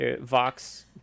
Vox